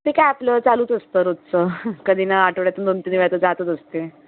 ते काय आपलं चालूच असत रोजचं कधी ना आठवड्यातून दोनतीन वेळा तर जातच असते